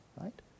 right